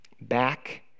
back